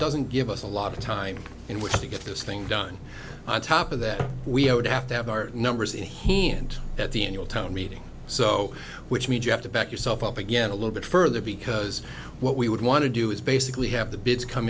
doesn't give us a lot of time in which to get this thing done on top of that we would have to have our numbers in heene and at the in your town meeting so which means you have to back yourself up again a little bit further because what we would want to do is basically have the bids come